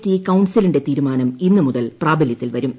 T കൌൺസിലിന്റെ തീരുമാനം ഇന്നു മുതൽ പ്രാബലൃത്തിൽ വരും